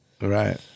Right